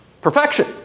perfection